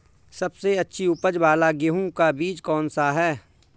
सबसे अच्छी उपज वाला गेहूँ का बीज कौन सा है?